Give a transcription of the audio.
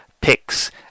picks